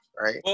right